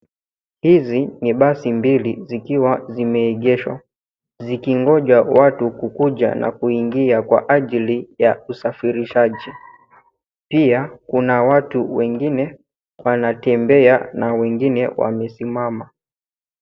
Hizi ni basi mbili zikiwa zimeegeshwa, zikingoja watu kukuja na kuingia kwa ajili ya usafirishaji. Pia kuna watu wengine wanatembea na wengine wamesimama.